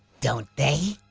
don't they?